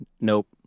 Nope